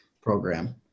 program